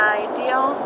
ideal